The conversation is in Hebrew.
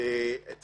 ואת